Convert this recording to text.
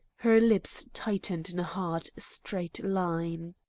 her lips tightened in a hard, straight line.